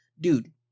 Dude